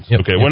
Okay